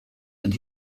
and